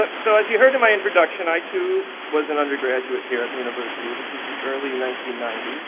but so as you heard in my introduction, i too was an undergraduate here at the university. this was the early nineteen ninety s.